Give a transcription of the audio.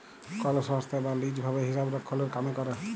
call সংস্থায় বা lease ভাবে হিসাবরক্ষলের কামে ক্যরে